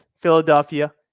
Philadelphia